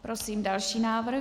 Prosím další návrh.